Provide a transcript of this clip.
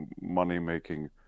money-making